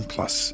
Plus